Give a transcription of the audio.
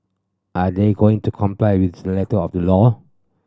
are they going to comply with the letter of the law